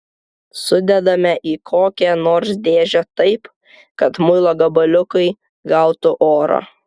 sudedame į kokią nors dėžę taip kad muilo gabaliukai gautų oro